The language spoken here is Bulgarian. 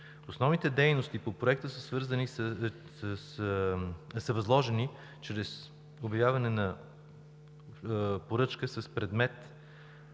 Основните дейности по Проекта са възложени чрез обявяване на поръчка с предмет